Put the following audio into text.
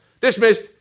Dismissed